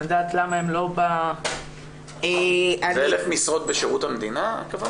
אני יודעת --- זה אלף משרות בשירות המדינה?